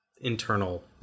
internal